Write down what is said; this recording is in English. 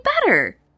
better